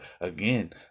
again